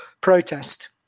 protest